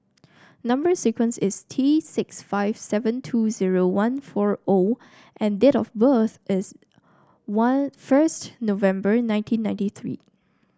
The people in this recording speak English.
number sequence is T six five seven two zero one four O and date of birth is one first November nineteen ninety three